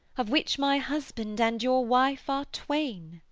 of which my husband and your wife are twain.